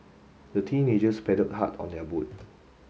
the teenagers paddled hard on their boat